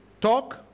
talk